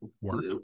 work